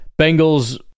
Bengals